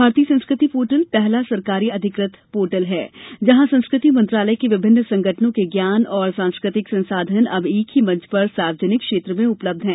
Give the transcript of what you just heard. भारतीय संस्कृति पोर्टल पहला सरकारी अधिकृत पोर्टल है जहाँ संस्कृति मंत्रालय के विभिन्न संगठनों के ज्ञान और सांस्कृतिक संसाधन अब एक ही मंच पर सार्वजनिक क्षेत्र में उपलब्ध हैं